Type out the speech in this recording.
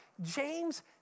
James